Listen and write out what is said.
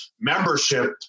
membership